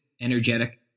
energetic